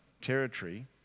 territory